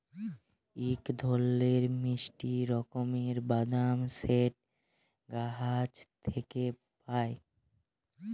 ইক ধরলের মিষ্টি রকমের বাদাম যেট গাহাচ থ্যাইকে পায়